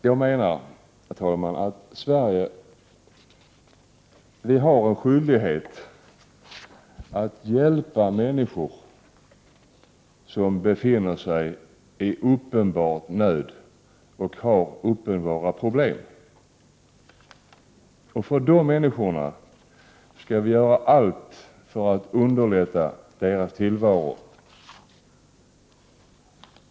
Jag menar, herr talman, att vi i Sverige har en skyldighet att hjälpa tillvaro.